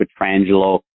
Petrangelo